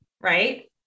right